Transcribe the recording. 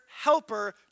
helper